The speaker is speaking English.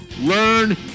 learn